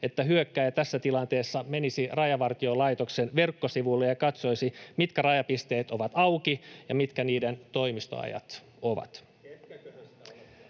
että hyökkääjä tässä tilanteessa menisi Rajavartiolaitoksen verkkosivuille ja katsoisi, mitkä rajapisteet ovat auki ja mitkä niiden toimistoajat ovat.